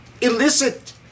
Illicit